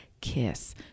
kiss